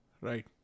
Right